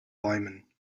bäumen